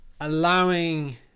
allowing